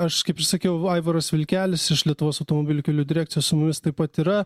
aš kaip ir sakiau aivaras vilkelis iš lietuvos automobilių kelių direkcija su mumis taip pat yra